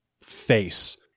face